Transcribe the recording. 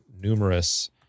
numerous